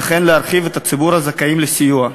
וכן להרחיב את ציבור הזכאים לסיוע.